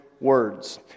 words